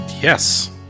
Yes